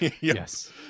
Yes